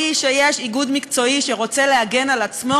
והוא שיש איגוד מקצועי שרוצה להגן על עצמו